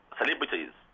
celebrities